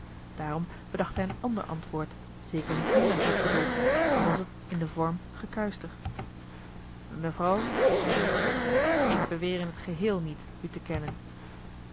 daarom bedacht hij een ander antwoord zeker niet minder hard bedoeld al was t in den vorm gekuischter mevrouw zeide hij ik beweer in t geheel niet u te kennen